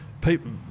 people